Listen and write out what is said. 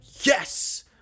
yes